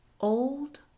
old